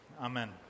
Amen